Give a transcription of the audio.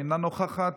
אינו נוכח,